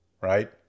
right